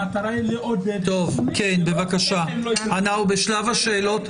המטרה היא לעודד --- אנחנו בשלב השאלות.